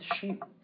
sheep